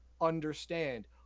understand